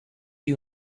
you